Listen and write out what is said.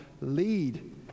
lead